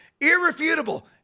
irrefutable